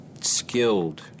skilled